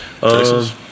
Texas